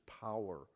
power